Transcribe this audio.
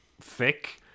thick